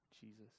Jesus